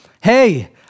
hey